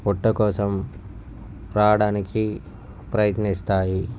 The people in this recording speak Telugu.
పొట్ట కోసం రావడానికి ప్రయత్నిస్తాయి